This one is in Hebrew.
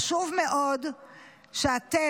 חשוב מאוד שאתם,